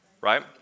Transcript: right